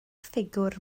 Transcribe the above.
ffigwr